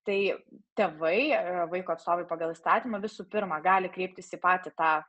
tai tėvai vaiko atstovai pagal įstatymą visų pirma gali kreiptis į patį tą